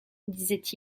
disait